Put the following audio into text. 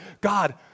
God